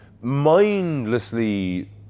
mindlessly